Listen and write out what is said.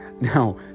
Now